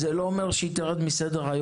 לא אומר שהיא תרד מסדר-היום.